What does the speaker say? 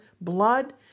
blood